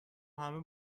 همه